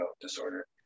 disorder